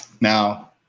Now